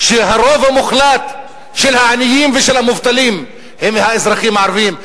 שהרוב המוחלט של העניים ושל המובטלים הם מהאזרחים הערבים,